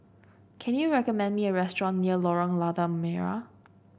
can you recommend me a restaurant near Lorong Lada Merah